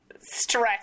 stress